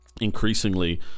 increasingly